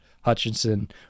Hutchinson